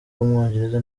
w’umwongereza